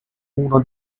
uno